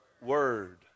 Word